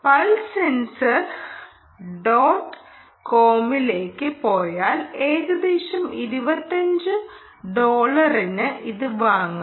pulse sensor dot കോമിലേക്ക് പോയാൽ ഏകദേശം 25 ഡോളറിന് ഇത് വാങ്ങാം